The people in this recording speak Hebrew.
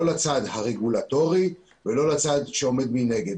לא לצד הרגולטורי ולא לצד שעומד מנגד.